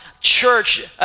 church